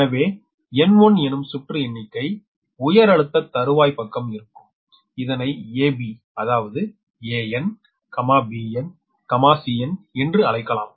எனவே N1 எனும் சுற்று எண்ணிக்கை உயர் அழுத்த தருவாய் பக்கம் இருக்கும் இதனை AB அதாவது AN BN CN என்று அழைக்கலாம்